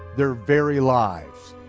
their very lives.